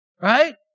Right